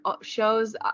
shows